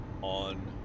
On